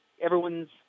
everyone's